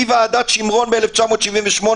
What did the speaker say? מוועדת שימרון ב-1978,